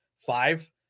five